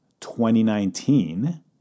2019